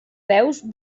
peus